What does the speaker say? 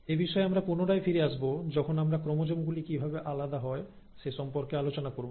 এ বিষয়ে আমরা পুনরায় ফিরে আসব যখন আমরা ক্রোমোজোম গুলি কিভাবে আলাদা হয় সে সম্পর্কে আলোচনা করব